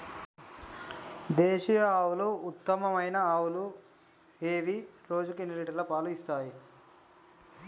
దేశీయ ఆవుల ఉత్తమమైన ఆవులు ఏవి? రోజుకు ఎన్ని లీటర్ల పాలు ఇస్తాయి?